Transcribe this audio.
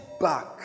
back